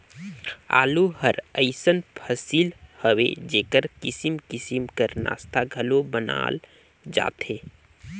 आलू हर अइसन फसिल हवे जेकर किसिम किसिम कर नास्ता घलो बनाल जाथे